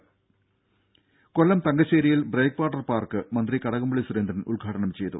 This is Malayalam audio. രും കൊല്ലം തങ്കശേരിയിൽ ബ്രേക്ക് വാട്ടർ പാർക്ക് മന്ത്രി കടകംപള്ളി സുരേന്ദ്രൻ ഉദ്ഘാടനം ചെയ്തു